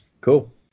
Cool